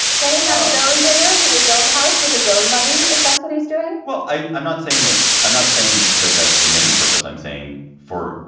can he have his own dinners in his own house with his own money, if that's what he's doing? well, i'm i'm not saying that. i'm not saying that that's the main purpose. i'm saying for.